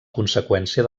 conseqüència